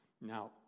Now